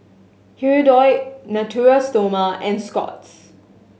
Hirudoid Natura Stoma and Scott's